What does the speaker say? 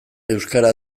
euskara